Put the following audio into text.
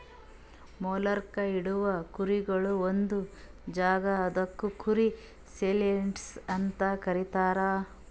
ಮಾರ್ಲುಕ್ ಇಡವು ಕುರಿಗೊಳ್ದು ಒಂದ್ ಜಾಗ ಅದುಕ್ ಕುರಿ ಸೇಲಿಯಾರ್ಡ್ಸ್ ಅಂತ ಕರೀತಾರ